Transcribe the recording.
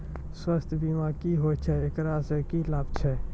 स्वास्थ्य बीमा की होय छै, एकरा से की लाभ छै?